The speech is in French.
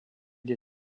des